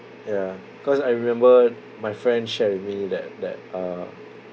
ya cause I remember my friend shared with me that that uh